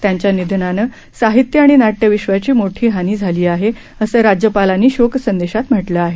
त्यांच्या निधनाने साहित्य आणि नाट्य विश्वाची मोठी हानी झाली आहे असं राज्यपालांनी शोकसंदेशात म्हटलं आहे